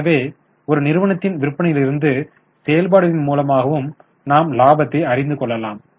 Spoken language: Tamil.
எனவே ஒரு நிறுவனத்தின் விற்பனையிலிருந்து செயல்பாடுகளின் மூலமாகவும் நாம் இலாபத்தை அறியலாம்